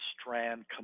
strand